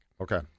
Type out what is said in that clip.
Okay